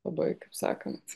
labai kaip sakant